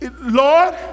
lord